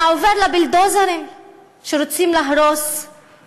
היה עובר לבולדוזרים שרוצים להרוס,